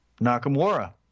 Nakamura